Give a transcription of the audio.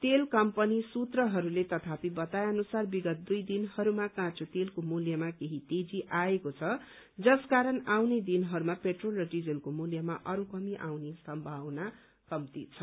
तेल कम्पनी सूत्रहरूले तथापि बताए अनुसार विगत दुइ दिनहरूमा काँचो तेलको मूल्यमा केही तेही आएको छ जस कारण आउने दिनहरूमा पेट्रोल र डीजलको मूल्यमा अरू कमी आउने सम्भावना कम्ती छ